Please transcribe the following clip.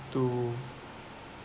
to